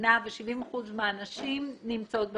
מהמדינה ו-70% מהנשים נמצאות בשב"ן.